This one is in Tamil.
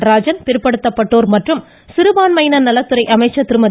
நடராஜன் பிற்படுத்தப்பட்டோர் மற்றும் சிறுபான்மையினர் நலத்துறை அமைச்சர் திருமதி